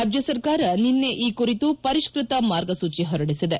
ರಾಜ್ನ ಸರ್ಕಾರ ನಿನ್ನೆ ಈ ಕುರಿತು ಪರಿಷ್ನತ ಮಾರ್ಗಸೂಜಿ ಹೊರಡಿಸಿದೆ